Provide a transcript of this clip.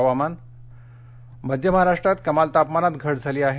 हवामान मध्य महाराष्ट्रात कमाल तापमानात घट झाली आहे